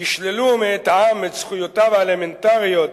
ישללו מאת העם את זכויותיו האלמנטריות